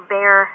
Bear